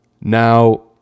Now